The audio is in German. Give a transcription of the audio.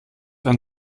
ein